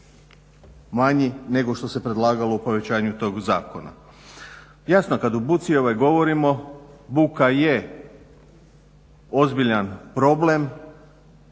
manji nego što se predlagalo u povećanju tog zakona. Jasno kad o buci govorimo buka je ozbiljan problem.